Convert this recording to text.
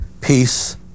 peace